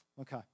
Okay